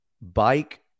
bike